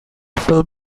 fell